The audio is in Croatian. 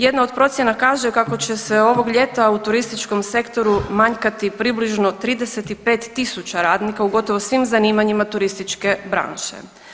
Jedna od procjena kaže kako će se ovog ljeta u turističkom sektoru manjkati približno 35 tisuća radnika u gotovo svim zanimanjima turističke branše.